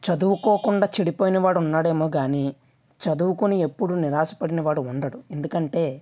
చదువుకోకుండా చెడిపోయిన వాడు ఉన్నాడేమో కానీ చదువుకొని ఎప్పుడు నిరాశ పడిన వాడు ఉండడు ఎందుకంటే